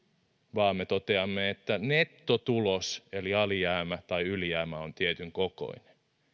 vaan me toteamme että nettotulos eli alijäämä tai ylijäämä on tietyn kokoinen